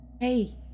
Hey